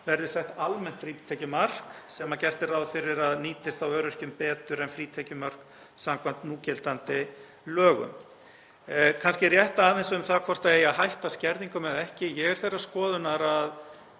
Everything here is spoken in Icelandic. verði sett almennt frítekjumark sem gert er ráð fyrir að nýtist þá öryrkjum betur en frítekjumörk samkvæmt núgildandi lögum. Kannski rétt aðeins um það hvort það eigi að hætta skerðingum eða ekki. Ég er þeirrar skoðunar að